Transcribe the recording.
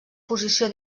posició